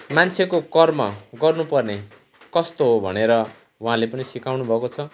मान्छेको कर्म गर्नु पर्ने कस्तो हो भनेर उहाँले पनि सिकाउनुभएको छ